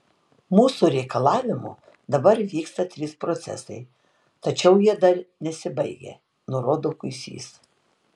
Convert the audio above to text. mūsų reikalavimu dabar vyksta trys procesai tačiau jie dar nesibaigę nurodo kuisys